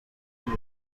will